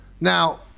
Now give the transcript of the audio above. Now